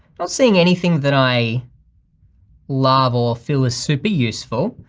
not seeing anything that i love or feel is super useful.